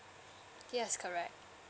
yes correct